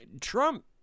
Trump